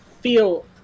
feel